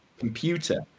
computer